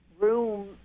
room